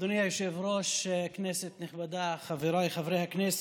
אדוני היושב-ראש, כנסת נכבדה, חבריי חברי הכנסת,